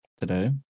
today